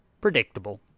Predictable